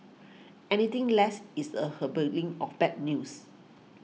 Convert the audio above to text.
anything less is a of bad news